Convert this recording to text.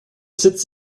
sitz